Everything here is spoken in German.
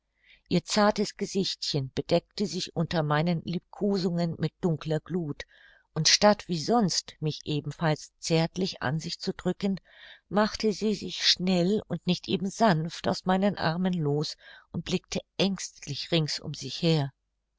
ihr zartes gesichtchen bedeckte sich unter meinen liebkosungen mit dunkler gluth und statt wie sonst mich ebenfalls zärtlich an sich zu drücken machte sie sich schnell und nicht eben sanft aus meinen armen los und blickte ängstlich rings um sich her